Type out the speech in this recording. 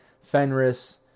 Fenris